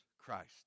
Christ